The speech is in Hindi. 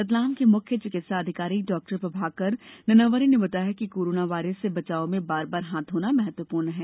रतलाम मुख्य चिकित्सा अधिकारी डॉक्टर प्रभाकर ननावरे ने बताया कि कोरोना वायरस से बचाव में बार बार हाथ धोना महत्वपूर्ण है